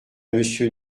monsieur